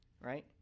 right